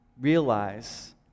realize